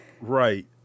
Right